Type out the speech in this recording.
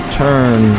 turn